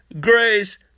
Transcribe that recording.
grace